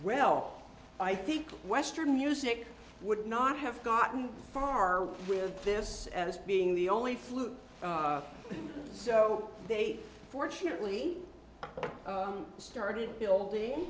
well i think western music would not have gotten far with this as being the only flute so they fortunately started building